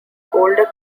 older